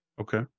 okay